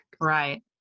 Right